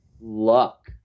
luck